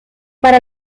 para